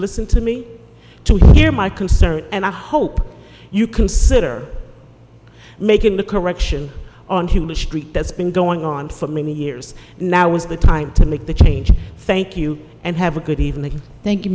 listen to me to hear my concern and i hope you consider making the correction on human street that's been going on for many years now is the time to make the change thank you and have a good evening thank you